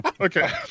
Okay